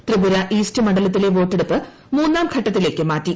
Tripura east മണ്ഡലത്തിലെ വോട്ടെടുപ്പ് മൂന്നാം ഘട്ടത്തിലേക്ക് മാറ്റി